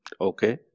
Okay